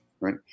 Right